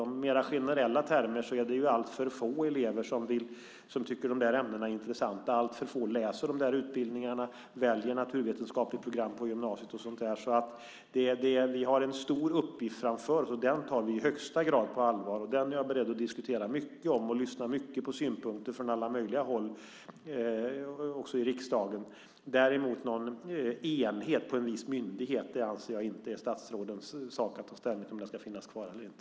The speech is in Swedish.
I mer generella termer är det alltför få elever som tycker att de här ämnena är intressanta. Alltför få går de utbildningarna, väljer naturvetenskapligt program på gymnasiet och så vidare. Vi har en stor uppgift framför oss, och den tar vi i högsta grad på allvar. Jag är beredd att lyssna på många synpunkter på detta från alla möjliga håll, också i riksdagen. Jag anser däremot inte att det är statsrådens sak att ta ställning till om någon enhet på en viss myndighet ska finnas kvar eller inte.